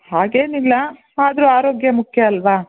ಹಾಗೇನಿಲ್ಲ ಆದರೂ ಆರೋಗ್ಯ ಮುಖ್ಯ ಅಲ್ವಾ